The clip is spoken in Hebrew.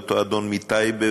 ואותו אדון מטייבה,